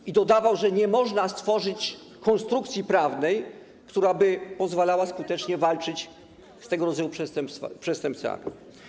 I dodawał, że nie można stworzyć konstrukcji prawnej, która by pozwalała skutecznie walczyć z tego rodzaju przestępcami.